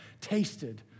tasted